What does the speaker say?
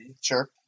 Sure